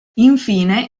infine